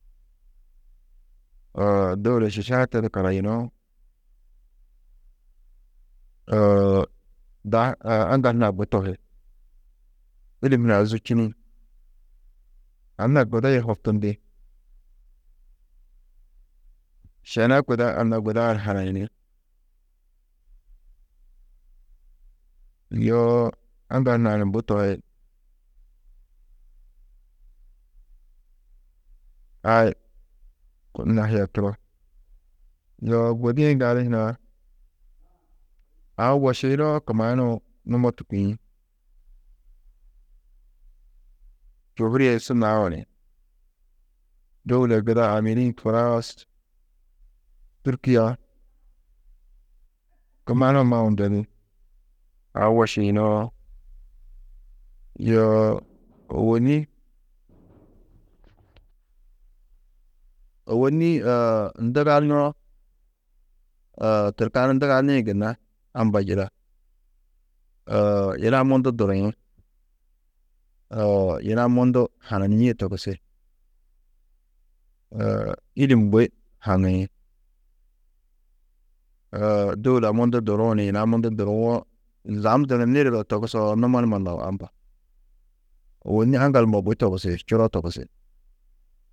dôula šišaa tedu karayunu, da, aŋgal hunã bui tohi, îlim hunã zûčini, anna guda yê hoktundi, šene guda, anna gudaa ni hanayini, yoo aŋgal hunã ni bui tohi, ai nahia turo. Yoo gudi-ĩ gali hunã aũ wošiyunoo kumanuũ numo tûkiĩ, čôhure he su naũ ni, dôula guda Amerîk, Hurãs, Tûrkia, kumanuũ maũ ndedi, aũ wošiyunoo, yoo ôwonni, ôwonni nduganoo, turkanu nduganĩ gunna amba yida, yina mundu duriĩ, yina mundu hananîe togusi, îlim bui haŋiĩ, dôula mundu duruũ ni yina mundu duruwo, zabndunu nirido togusoo, numo numa lau amba, ôwonni aŋgal numa bui togusi, čuro togusi.